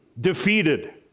defeated